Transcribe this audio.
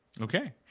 Okay